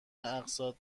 اقساط